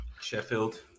Sheffield